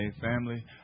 family